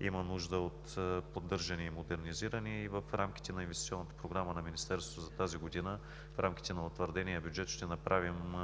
има нужда от поддържане и модернизиране. В рамките на инвестиционната програма на Министерството за тази година, в рамките на утвърдения бюджет ще направим